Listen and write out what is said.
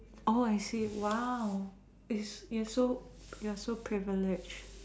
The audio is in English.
oh I see !wow! it's it's so you're so privilege